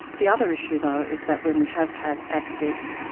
the other issue though is that when we have had access,